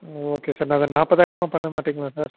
ம் okay sir அதை நாற்பதாயிரமா பண்ணமாட்டீங்களா சார்